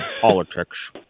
Politics